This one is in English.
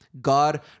God